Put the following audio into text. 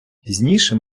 пізніше